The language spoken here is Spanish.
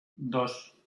dos